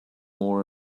more